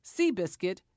Seabiscuit